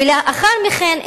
ולאחר מכן,